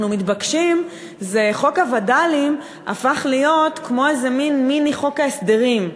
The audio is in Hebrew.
חוק הווד"לים הפך להיות כמו מיני חוק ההסדרים.